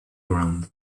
ground